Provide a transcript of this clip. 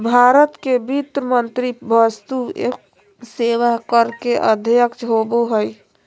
भारत के वित्त मंत्री वस्तु एवं सेवा कर के अध्यक्ष होबो हइ